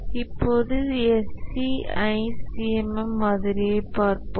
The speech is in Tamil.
இப்போது SEI CMM மாதிரியைப் பார்ப்போம்